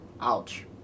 ouch